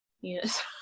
Yes